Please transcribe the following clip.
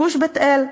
גוש בית-אל.